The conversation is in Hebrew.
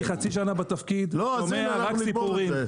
אני חצי שנה בתפקיד, שומע רק סיפורים.